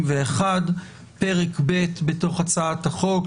פרק ב' בהצעת החוק,